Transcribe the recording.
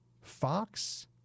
Fox